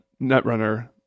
Netrunner